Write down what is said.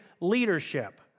leadership